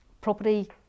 property